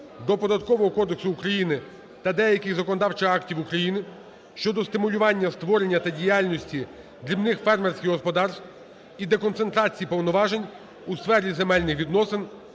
до Податкового кодексу України та деяких законодавчих актів України щодо стимулювання створення та діяльності дрібних фермерських господарств і деконцентрації повноважень у сфері земельних відносин